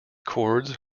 cords